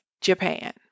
Japan